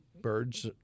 birds